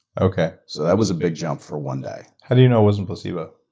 okay. so that was a big jump for one day. how do you know it wasn't placebo?